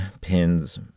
pins